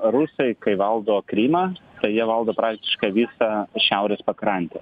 rusai kai valdo krymą jie valdo praktiškai visą šiaurės pakrantę